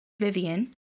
Vivian